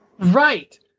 Right